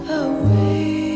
away